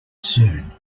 soon